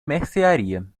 mercearia